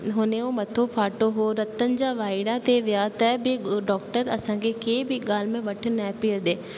हुन जो मथो फाटो हुओ रतन जा वाइड़ा ते विया त बि डॉक्टर असांखे कंहिं बि ॻाल्हि में वठ न पियो ॾिए